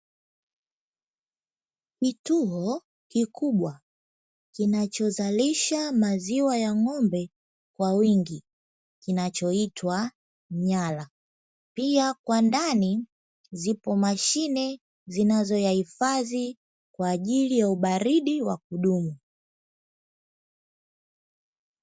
Kituo kikubwa kinachozalisha maziwa ya ng'ombe kwa wingi kinachoitwa nyala pia kwa ndani zipo mashine zinazoyahifadhi kwa ajili ya ubaridi wa kudumu.